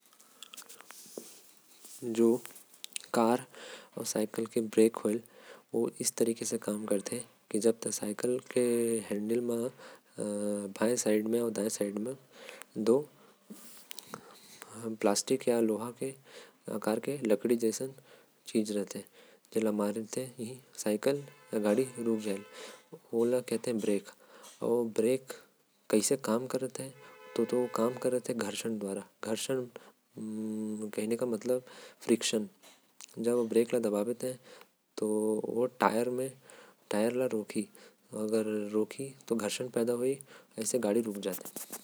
जो कार आऊ साईकिल के ब्रेक होएल। ओ ए तरीका से काम करते के साईकिल के हैंडल के बाएं तरफ आऊ। दाएं तरफ लोहा के अर्ध चंदा आकर के चीज होएल जेला ब्रेक कहते। ब्रेक ला मारते ही साईकिल या गाड़ी रुक जाथे। ब्रेक जो हे ओ घर्षण द्वारा काम करते। जब साईकिल के पहिया मा ब्रेक पड़ते तो साईकिल रुक जाएल। अंग्रेजी का फ्रिक्शन बोले जायल।